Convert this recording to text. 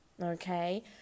okay